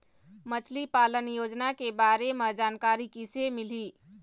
मछली पालन योजना के बारे म जानकारी किसे मिलही?